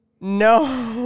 No